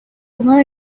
alone